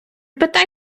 питай